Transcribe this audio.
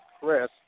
press